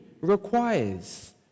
requires